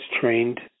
trained